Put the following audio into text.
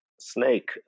snake